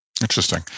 Interesting